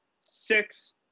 six